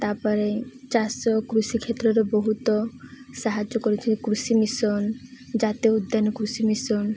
ତା'ପରେ ଚାଷ କୃଷି କ୍ଷେତ୍ରରେ ବହୁତ ସାହାଯ୍ୟ କରୁଛନ୍ତି କୃଷି ମିଶନ ଜାତୀୟ ଉଦ୍ୟାନ କୃଷି ମିଶନ